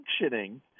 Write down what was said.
functioning